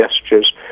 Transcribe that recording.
gestures